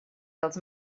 els